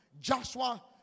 Joshua